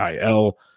IL